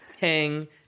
Hang